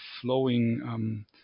flowing